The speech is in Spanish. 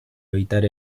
evitar